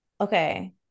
Okay